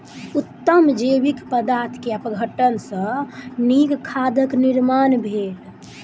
उत्तम जैविक पदार्थ के अपघटन सॅ नीक खादक निर्माण भेल